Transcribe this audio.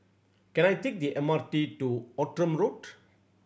can I take the M R T to Outram Road